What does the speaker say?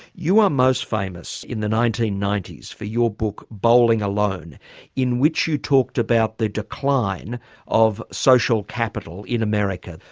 you are most famous in the nineteen ninety s for your book bowling alone in which you talked about the decline of social capital in america,